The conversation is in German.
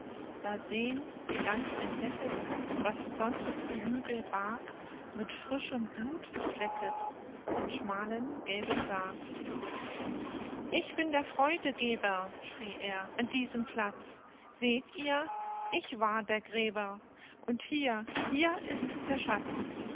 da sehn sie ganz entdecket was sonst die hügel barg mit frischem blut beflecket den schmalen gelben sarg ich bin der freudegeber schrie er an diesem platz seht ihr ich war der gräber und hier hier ist der schatz